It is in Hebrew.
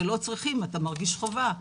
לא צריכים, אתה מרגיש חובה.